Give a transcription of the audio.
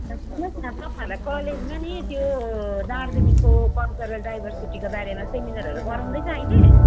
सुन्नुहोस् न तपाईँहरूलाई कलेजमा नि त्यो दार्जिलिङको कल्चरल डाइभर्सिटीको बारेमा सेमिनारहरू गराउँदैछ आहिले